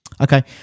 Okay